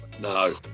No